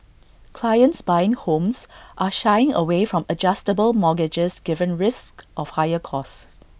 clients buying homes are shying away from adjustable mortgages given risks of higher costs